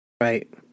Right